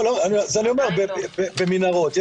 אני אומר, במנהרות.